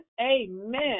Amen